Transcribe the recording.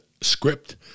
script